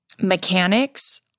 mechanics